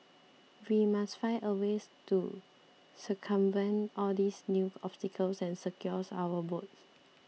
we must find a ways to circumvent all these new obstacles and secure our votes